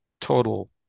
total